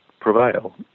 prevail